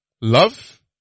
love